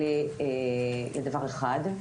לדבר אחד,